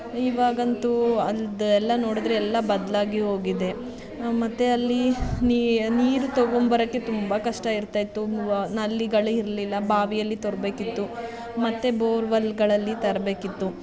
ಇವಾಗಂತೂ ಅದೆಲ್ಲ ನೋಡಿದರೆ ಎಲ್ಲ ಬದಲಾಗಿ ಹೋಗಿದೆ ಮತ್ತು ಅಲ್ಲಿ ನೀರು ತಗೊಂಬರೋಕ್ಕೆ ತುಂಬ ಕಷ್ಟ ಇರ್ತಾಯಿತ್ತು ನಲ್ಲಿಗಳು ಇರಲಿಲ್ಲ ಬಾವಿಯಲ್ಲಿ ತರಬೇಕಿತ್ತು ಮತ್ತು ಬೋರ್ವೆಲ್ಲುಗಳಲ್ಲಿ ತರಬೇಕಿತ್ತು